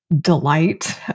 delight